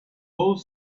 both